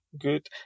Good